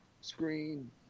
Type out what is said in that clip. screen